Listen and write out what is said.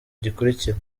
gikurikira